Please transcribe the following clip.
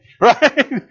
right